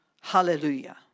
hallelujah